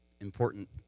important